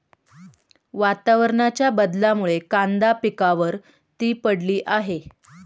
वातावरणाच्या बदलामुळे कांदा पिकावर ती पडली आहे